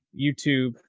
youtube